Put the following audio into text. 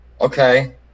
okay